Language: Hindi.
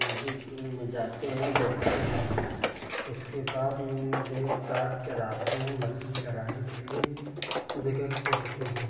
नदी में जाते हैं देखते हैं उसके बाद में देख दाख के रात में मछली लगाने के लिए जगह खोजते हैं